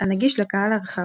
הנגיש לקהל הרחב,